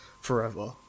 forever